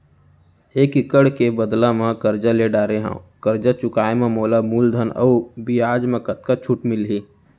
एक एक्कड़ के बदला म करजा ले डारे हव, करजा चुकाए म मोला मूलधन अऊ बियाज म कतका छूट मिलही?